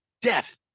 death